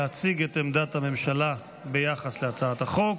להציג את עמדת הממשלה ביחס להצעת החוק.